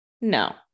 No